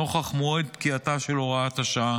נוכח מועד פקיעתה של הוראת השעה